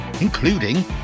including